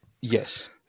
Yes